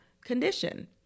condition